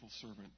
servant